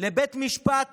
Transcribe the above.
לבית משפט